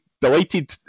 delighted